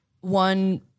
one –